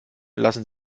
lassen